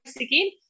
again